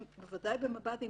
בוודאי במב"דים,